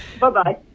Bye-bye